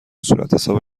صورتحساب